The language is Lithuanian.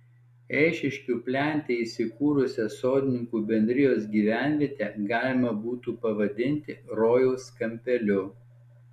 eišiškių plente įsikūrusią sodininkų bendrijos gyvenvietę galima būtų pavadinti rojaus kampeliu